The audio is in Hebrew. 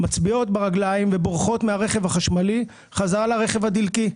מצביעות ברגליים ובורחות מהרכב החשמלי חזרה לרכב הדלקי.